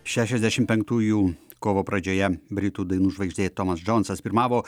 šešiasdešim penktųjų kovo pradžioje britų dainų žvaigždė tomas džonsas pirmavo